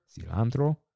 cilantro